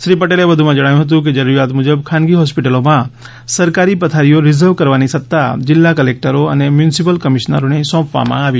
શ્રી પટેલે વધુમાં જણાવ્યું હતું કે જરૂરિયાત મુજબ ખાનગી હોસ્પીટલોમાં સરકારી પથારીઓ રીઝર્વ કરવાની સત્તા જીલ્લા કલેકટરો અને મ્યુનીસીપલ કમીશનરોને સોંપવામાં આવી છે